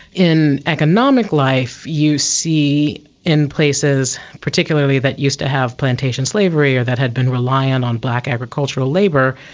in economic life you see in places, particularly that used to have plantation slavery or that had been relying on black agricultural labour,